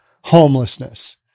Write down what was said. homelessness